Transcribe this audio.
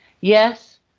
Yes